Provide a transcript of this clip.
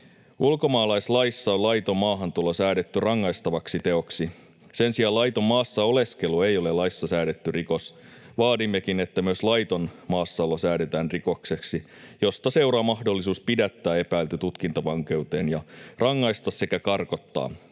Ulkomaalaislaissa on laiton maahantulo säädetty rangaistavaksi teoksi. Sen sijaan laiton maassa oleskelu ei ole laissa säädetty rikos. Vaadimmekin, että myös laiton maassaolo säädetään rikokseksi, josta seuraa mahdollisuus pidättää epäilty tutkintavankeuteen ja rangaista sekä karkottaa